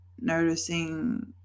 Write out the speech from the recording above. noticing